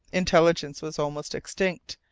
intelligence was almost extinct.